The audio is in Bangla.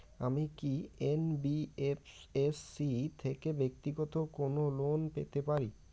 আমি কি এন.বি.এফ.এস.সি থেকে ব্যাক্তিগত কোনো লোন পেতে পারি?